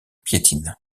piétine